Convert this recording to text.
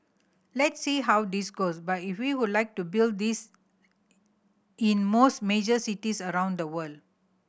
let's see how this goes but he we would like to build this in most major cities around the world